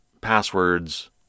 passwords